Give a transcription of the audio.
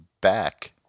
back